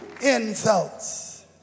insults